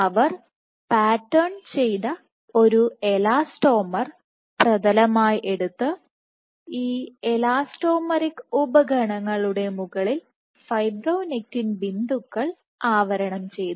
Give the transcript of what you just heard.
അവർ pattern ചെയ്ത ഒരു elastomer പ്രതലമായി എടുത്ത് ഈ എലാസ്റ്റോമെറിക് ഉപഗണങ്ങളുടെ മുകളിൽ ഫൈബ്രോനെക്റ്റിൻ ബിന്ദുക്കൾ ആവരണം ചെയ്തു